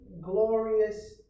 glorious